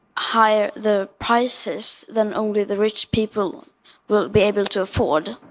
higher the prices, then only the rich people will be able to afford.